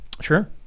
Sure